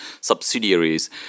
subsidiaries